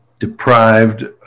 deprived